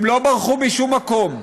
הם לא ברחו משום מקום.